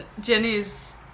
Jenny's